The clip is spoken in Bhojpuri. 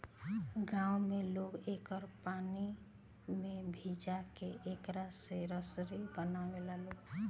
गांव में लोग एकरा के पानी में भिजा के एकरा से रसरी बनावे लालो